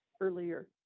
earlier